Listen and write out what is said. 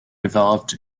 developed